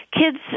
kids